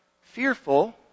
fearful